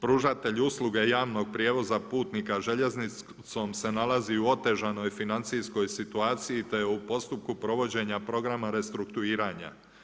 Pružatelj usluge javnog prijevoza putnika željeznicom se nalazi u otežanoj financijskoj situaciji, te je u postupku provođenja programa restrukturiranja.